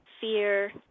fear